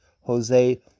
Jose